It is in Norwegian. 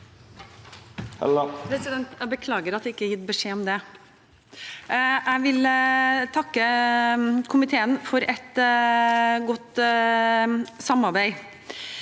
Jeg bekla- ger at det ikke er gitt beskjed om det. Jeg vil takke komiteen for et godt samarbeid.